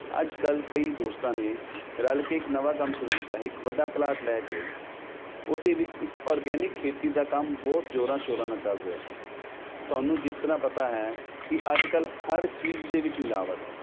ਅੱਜ ਕੱਲ੍ਹ ਕਈ ਦੋਸਤਾਂ ਨੇ ਰਲ ਕੇ ਇੱਕ ਨਵਾਂ ਕੰਮ ਸ਼ੁਰੂ ਕੀਤਾ ਹੈ ਇੱਕ ਵੱਡਾ ਪਲਾਟ ਲੈ ਕੇ ਉਹਦੇ ਵਿੱਚ ਇੱਕ ਔਰਗੈਨਿਕ ਖੇਤੀ ਦਾ ਕੰਮ ਬਹੁਤ ਜ਼ੋਰਾਂ ਸ਼ੋਰਾਂ ਨਾਲ ਚੱਲ ਰਿਹਾ ਹੈ ਤੁਹਾਨੂੰ ਜਿਸ ਤਰ੍ਹਾਂ ਪਤਾ ਹੈ ਕਿ ਅੱਜ ਕੱਲ੍ਹ ਹਰ ਚੀਜ਼ ਦੇ ਵਿੱਚ ਮਿਲਾਵਟ ਹੈ